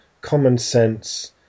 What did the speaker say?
common-sense